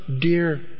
dear